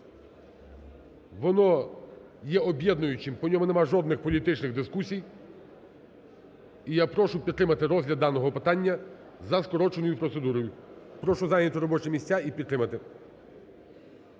Воно є об'єднуючим, по ньому нема жодних політичних дискусій. І я прошу підтримати розгляд даного питання за скороченою процедурою. Прошу зайняти робочі місця і підтримати.